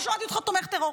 לא שמעתי אותך תומך בטרור.